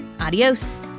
Adios